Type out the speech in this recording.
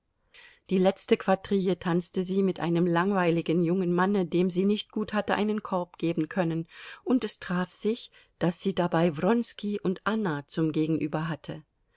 die letzte quadrille tanzte sie mit einem langweiligen jungen manne dem sie nicht gut hatte einen korb geben können und es traf sich daß sie dabei wronski und anna zum gegenüber hatte